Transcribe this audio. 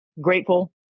grateful